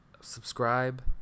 subscribe